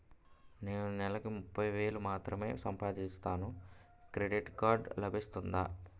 నేను నెల కి ముప్పై వేలు మాత్రమే సంపాదిస్తాను క్రెడిట్ కార్డ్ లభిస్తుందా?